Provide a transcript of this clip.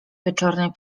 wieczornej